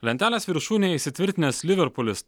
lentelės viršūnėje įsitvirtinęs liverpulis